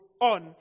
on